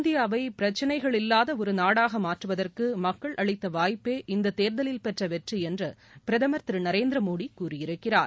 இந்தியாவை பிரச்சனைகள் இல்லாத ஒரு நாடாக மாற்றுவதற்கு மக்கள் அளித்த வாய்ப்பே இந்த தேர்தலில் பெற்ற வெற்றி என்று பிரதமர் திரு நரேந்திரமோடி கூறியிருக்கிறார்